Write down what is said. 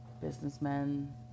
businessmen